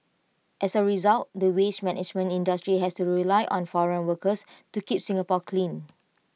as A result the waste management industry has to rely on foreign workers to keep Singapore clean